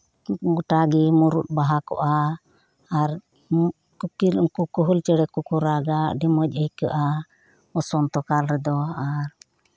ᱜᱳᱴᱟᱜᱮ ᱢᱩᱨᱩᱫ ᱵᱟᱦᱟ ᱠᱚᱜᱼᱟ ᱟᱨ ᱩᱱᱠᱩ ᱠᱳᱠᱤᱞ ᱪᱮᱬᱮ ᱠᱚᱠᱚ ᱨᱟᱜᱟ ᱟᱹᱰᱤ ᱢᱚᱸᱡ ᱵᱩ ᱡᱷᱟᱹᱜᱼᱟ ᱵᱚᱥᱚᱱᱛᱚ ᱠᱟᱞ ᱨᱮᱫᱚ